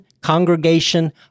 congregation